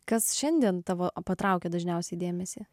kas šiandien tavo patraukia dažniausiai dėmesį